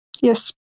yes